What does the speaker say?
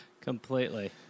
Completely